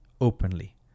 openly